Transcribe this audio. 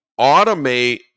automate –